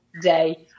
day